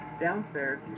downstairs